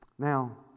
Now